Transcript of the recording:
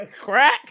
Crack